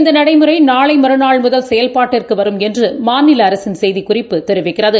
இந்தநடைமுறைநாளைமறுநாள் முதல் செயல்பாட்டிற்குவரும் என்றுமாநிலஅரசின் செய்திக் குறிப்பு தெரிவிக்கிறது